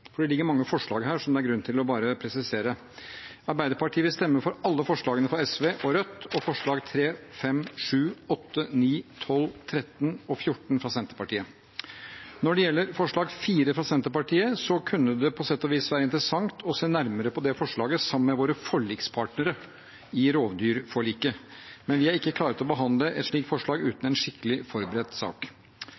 for det ligger mange forslag her som det er grunn til å presisere. Arbeiderpartiet vil stemme for alle forslagene fra SV og Rødt og for forslagene nr. 3, nr. 5, nr. 7, nr. 8, nr. 9, nr. 12, nr. 13 og nr. 14, fra Senterpartiet. Når det gjelder forslag nr. 4, fra Senterpartiet, kunne det på sett og vis være interessant å se nærmere på det forslaget sammen med våre forlikspartnere i rovdyrforliket, men vi er ikke klare til å behandle et slikt forslag uten